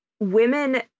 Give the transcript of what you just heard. Women